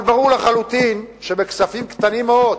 אבל ברור לחלוטין שבכספים קטנים מאוד,